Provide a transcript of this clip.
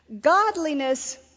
Godliness